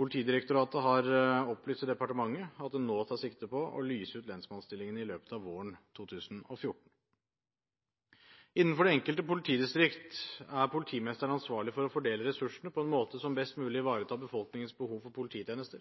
Politidirektoratet har opplyst til departementet at det nå tar sikte på å lyse ut lensmannsstillingene i løpet av våren 2014. Innenfor det enkelte politidistrikt er politimesteren ansvarlig for å fordele ressursene på en måte som best mulig ivaretar befolkningens behov for polititjenester.